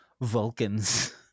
Vulcans